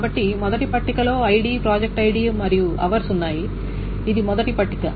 కాబట్టి మొదటి పట్టికలో ఐడి ప్రాజెక్ట్ ఐడి మరియు అవర్స్ ఉన్నాయి ఇది మొదటి పట్టిక